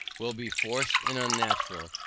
will be forced and unnatural,